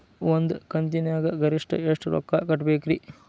ಒಂದ್ ಕಂತಿನ್ಯಾಗ ಗರಿಷ್ಠ ಎಷ್ಟ ರೊಕ್ಕ ಕಟ್ಟಬೇಕ್ರಿ?